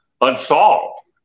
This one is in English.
unsolved